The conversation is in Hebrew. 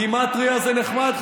גימטרייה זה נחמד,